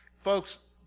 folks